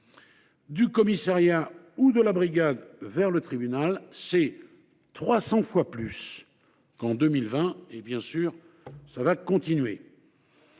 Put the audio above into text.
du commissariat ou de la brigade vers le tribunal, soit 300 fois plus qu’en 2020, et cela va continuer.